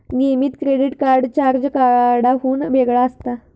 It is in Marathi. नियमित क्रेडिट कार्ड चार्ज कार्डाहुन वेगळा असता